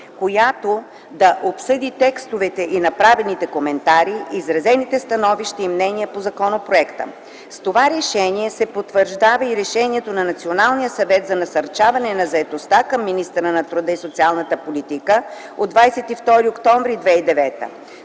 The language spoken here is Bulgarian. която да обсъди текстовете и направените коментари, изразените становища и мнения по законопроекта. С това решение се потвърждават и решенията на Националния съвет за насърчаване на заетостта към министъра на труда и социалната политика от 22 октомври 2009 г.